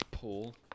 Pull